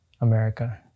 America